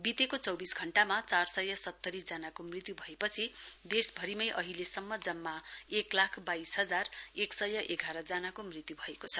बितेको चोबिस घण्टामा चार सय सत्तरी जनाको मृत्यु भएपछि देशभरिमै अहिलेसम्म जम्मा एक लाख बाइस हाजर एक सय एघार जनाको मृत्यु भएको छ